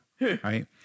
Right